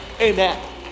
Amen